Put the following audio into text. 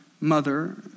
mother